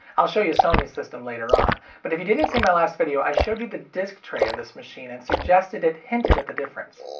i'll show you sony's system later on, but if you didn't see my last video, i showed you the disc tray of this machine and suggested it hinted at the difference.